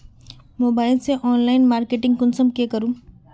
Mobile से online marketing कुंसम के करूम?